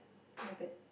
very bad